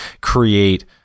create